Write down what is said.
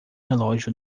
relógio